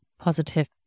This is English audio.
positive